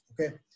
Okay